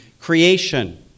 creation